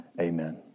Amen